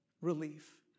relief